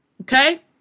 Okay